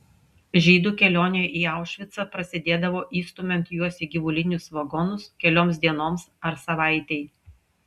žydų kelionė į aušvicą prasidėdavo įstumiant juos į gyvulinius vagonus kelioms dienoms ar savaitei